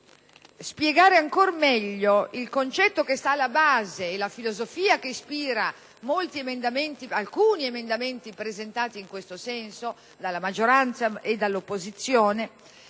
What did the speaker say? spiegare ancora meglio il concetto che sta alla base e la filosofia che ispira alcuni emendamenti presentati in questo senso dalla maggioranza e dall'opposizione.